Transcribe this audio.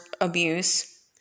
abuse